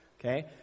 Okay